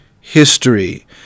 history